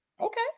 okay